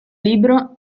libro